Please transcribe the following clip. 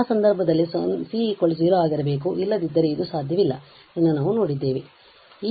ಆ ಸಂದರ್ಭದಲ್ಲಿ c 0 ಆಗಿರಬೇಕು ಇಲ್ಲದಿದ್ದರೆ ಇದು ಸಾಧ್ಯವಿಲ್ಲ ಎಂದು ನಾವು ಪಡೆದಿದ್ದೇವೆ